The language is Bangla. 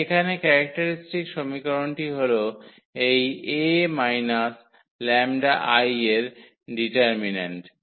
তাই এখানে ক্যারেক্টারিস্টিক সমীকরণটি হল এই 𝐴 − 𝜆𝐼 এর ডিটারমিন্যান্ট